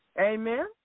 Amen